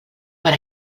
per